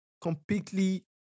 completely